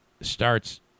starts